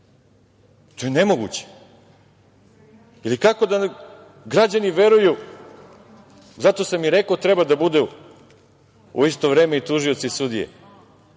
To je nemoguće. Kako da građani veruju, zato sam i rekao da treba da budu u isto vreme i tužioci i sudije,